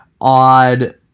odd